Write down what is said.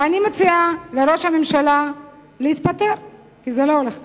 ואני מציעה לראש הממשלה להתפטר, כי זה לא הולך כך.